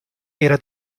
era